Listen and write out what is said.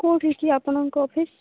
କେଉଁଠିକି ଆପଣଙ୍କ ଅଫିସ୍